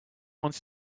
wants